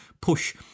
push